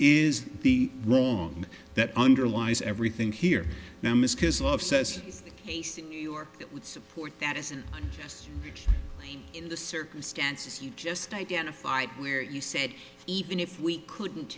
is the wrong that underlies everything here says case you are that would support that isn't just in the circumstances you just identified where you said even if we couldn't